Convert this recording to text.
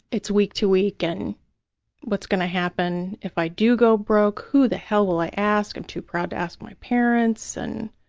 it's week to week and what's going to happen if i do go broke? who the hell will i ask? i'm too proud to ask my parents, and